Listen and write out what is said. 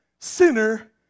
sinner